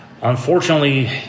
Unfortunately